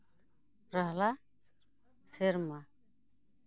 ᱨᱟᱦᱞᱟ ᱥᱮᱨᱢᱟ